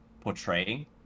portraying